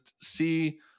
see